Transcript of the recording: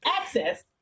Access